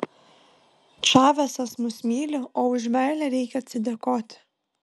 čavesas mus myli o už meilę reikia atsidėkoti